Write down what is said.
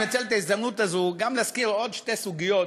אני מנצל את ההזדמנות הזאת גם להזכיר שתי סוגיות